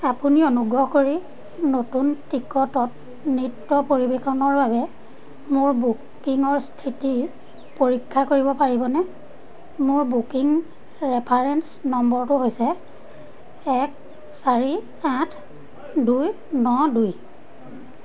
আপুনি অনুগ্ৰহ কৰি নতুন টিকটত নৃত্য পৰিৱেশনৰ বাবে মোৰ বুকিংৰ স্থিতি পৰীক্ষা কৰিব পাৰিবনে মোৰ বুকিং ৰেফাৰেঞ্চ নম্বৰটো হৈছে এক চাৰি আঠ দুই ন দুই